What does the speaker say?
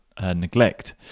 neglect